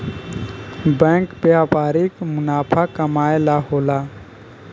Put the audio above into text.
bank व्यापारिक मुनाफा कमाए ला होला